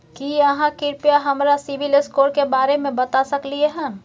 की आहाँ कृपया हमरा सिबिल स्कोर के बारे में बता सकलियै हन?